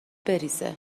بریزه